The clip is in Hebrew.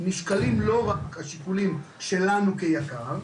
נשקלים לא רק השיקולים שלנו כיק"ר.